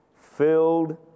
filled